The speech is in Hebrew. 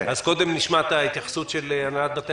אז קודם נשמע את ההתייחסות של הנהלת בתי